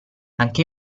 anche